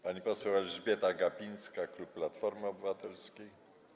Pani poseł Elżbieta Gapińska, klub Platformy Obywatelskiej.